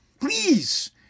Please